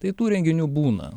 tai tų renginių būna